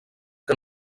que